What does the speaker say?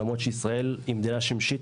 למרות שישראל היא מדינה שמשית,